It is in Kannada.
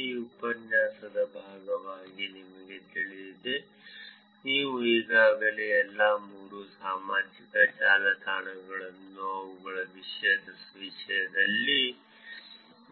ಈ ಉಪನ್ಯಾಸದ ಭಾಗವಾಗಿ ನಿಮಗೆ ತಿಳಿದಿದೆ ನೀವು ಈಗಾಗಲೇ ಎಲ್ಲಾ ಮೂರು ಸಾಮಾಜಿಕ ಜಾಲತಾಣಗಳನ್ನು ಅವುಗಳ ವಿಷಯದ ವಿಷಯದಲ್ಲಿ